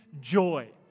joy